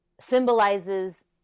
symbolizes